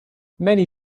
many